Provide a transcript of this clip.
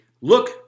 look